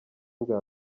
bwa